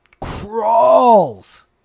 crawls